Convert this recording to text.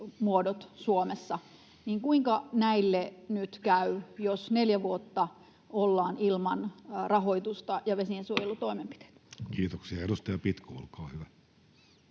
Kuinka näille nyt käy, jos neljä vuotta ollaan ilman rahoitusta ja vesiensuojelutoimenpiteitä? Kiitoksia. — Edustaja Pitko, olkaa hyvä.